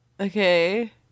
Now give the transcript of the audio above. Okay